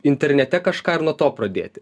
internete kažką ir nuo to pradėti